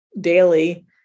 daily